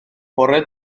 bore